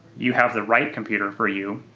you have the right computer for you